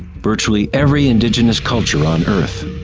virtually every indigenous culture on earth.